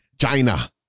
China